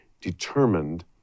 determined